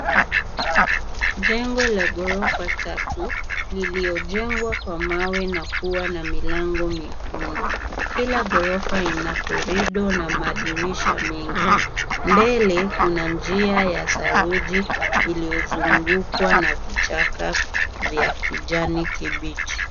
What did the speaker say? Jengo la ghorofa tatu lililojengwa kwa mawe na kuwa na milango miekundu. Kila ghorofa ina korido na madirisha mengi. Mbele kuna njia ya saruji iliyozungukwa na vichaka vya kijani kibichi.